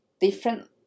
different